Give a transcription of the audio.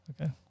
Okay